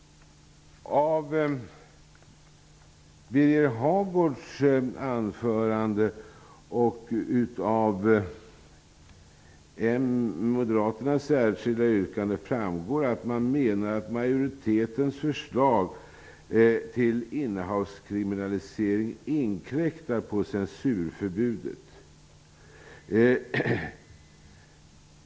Av Birger Hagårds anförande och moderaternas särskilda yttrande framgår att man menar att majoritetens förslag till kriminalisering av innehav inkräktar på censurförbudet.